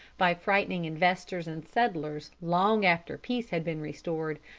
by frightening investors and settlers long after peace had been restored,